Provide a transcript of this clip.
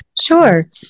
Sure